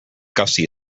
gussie